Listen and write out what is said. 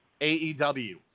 AEW